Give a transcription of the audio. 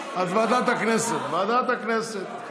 אז ועדת הכנסת, ועדת הכנסת.